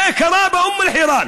זה קרה באום אל-חיראן.